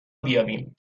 بیابیم